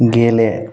गेले